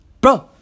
Bro